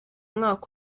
umwaka